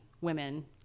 women